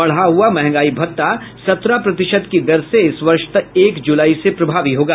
बढ़ा हुआ महंगाई भत्ता सत्रह प्रतिशत की दर से इस वर्ष एक जुलाई से प्रभावी होगा